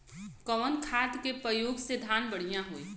कवन खाद के पयोग से धान बढ़िया होई?